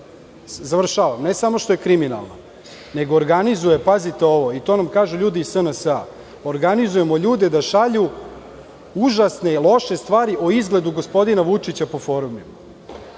stranka, ne samo što je kriminalna, nego organizuje, pazite ovo, i to nam kažu ljudi iz SNS – organizujemo ljude da šalju užasne i loše stvari o izgledu gospodina Vučića po